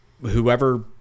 whoever